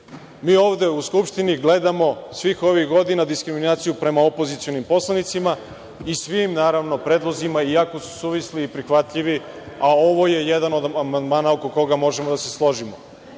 ovde u Skupštini gledamo svih ovih godina diskriminaciju prema opozicionim poslanicima i svim predlozima, iako su suvisli i prihvatljivi, a ovo je jedan od amandmana oko koga možemo da se složimo.